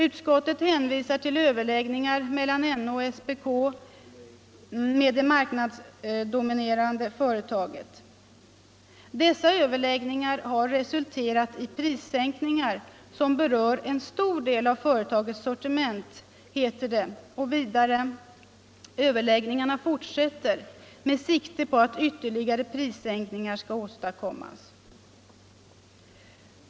Utskottet hänvisar till överläggningar mellan NO och SPK med det marknadsdominerande företaget och framhåller: ”Dessa har resulterat i prissänkningar som berör en stor del av företagets sortiment.” Utskottet understryker vidare att överläggningar fortsätter med sikte på att ytterligare prissänkningar skall åstadkommas.